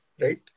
right